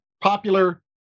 popular